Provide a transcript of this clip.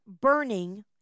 burning